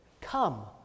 come